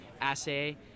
assay